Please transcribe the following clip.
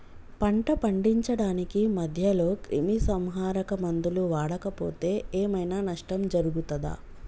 పంట పండించడానికి మధ్యలో క్రిమిసంహరక మందులు వాడకపోతే ఏం ఐనా నష్టం జరుగుతదా?